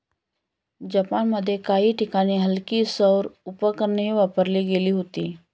जपानमध्ये काही ठिकाणी हलकी सौर उपकरणेही वापरली गेली होती